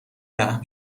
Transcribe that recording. رحم